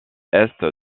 est